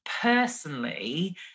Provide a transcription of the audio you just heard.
personally